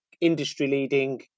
industry-leading